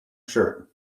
shirt